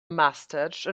mustache